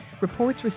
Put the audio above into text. Reports